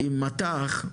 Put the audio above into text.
עם מט"ח,